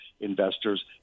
investors